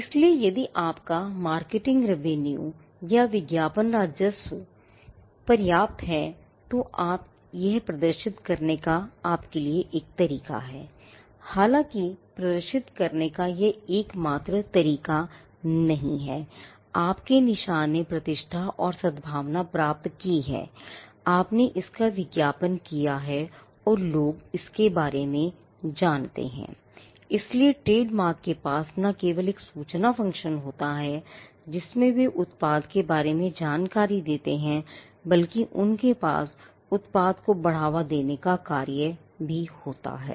इसलिए यदि आपका मार्केटिंग रेवेन्यू पर्याप्त है तो आपके लिए यह प्रदर्शित करने का एक तरीका है हालांक प्रदर्शित करने का यह एकमात्र तरीका नहीं है आपके निशान ने प्रतिष्ठा और सद्भावना प्राप्त की है आपने इसका विज्ञापन किया है और लोग इसके बारे में जानते हैं इसलिए ट्रेडमार्क के पास न केवल एक सूचना फ़ंक्शन होता है जिसमें वे उत्पाद के बारे में जानकारी देते हैं बल्कि उनके पास उत्पाद को बढ़ावा देने का भी कार्य होता है